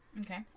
Okay